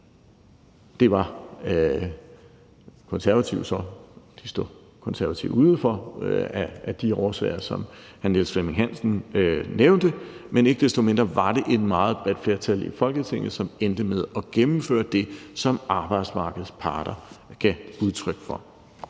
De Konservative så uden for af de årsager, som hr. Niels Flemming Hansen nævnte, men ikke desto mindre var det et meget bredt flertal i Folketinget, som endte med at gennemføre det, som arbejdsmarkedets parter gav udtryk for.